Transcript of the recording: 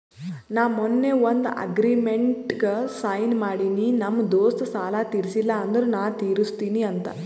ನಾ ಮೊನ್ನೆ ಒಂದ್ ಅಗ್ರಿಮೆಂಟ್ಗ್ ಸೈನ್ ಮಾಡಿನಿ ನಮ್ ದೋಸ್ತ ಸಾಲಾ ತೀರ್ಸಿಲ್ಲ ಅಂದುರ್ ನಾ ತಿರುಸ್ತಿನಿ ಅಂತ್